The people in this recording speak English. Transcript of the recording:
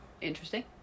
Interesting